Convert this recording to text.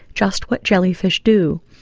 just what jellyfish do.